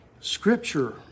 Scripture